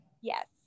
yes